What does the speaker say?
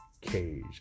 cage